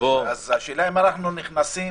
השאלה אם אנחנו נכנסים